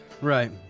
Right